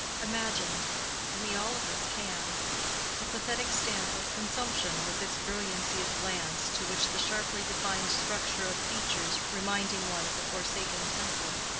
imagine we all of us can the pathetic stamp of consumption with its brilliancy of glance to which the sharply-defined structure of features reminding one of a forsaken temple,